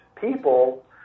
people